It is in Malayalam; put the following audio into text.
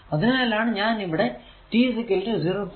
അതിനാലാണ് ഞാൻ ഇവിടെ t 0